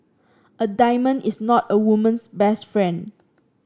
a diamond is not a woman's best friend